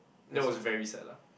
that was very sad lah